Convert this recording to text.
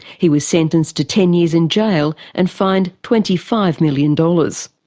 he was sentenced to ten years in jail and fined twenty five million dollars.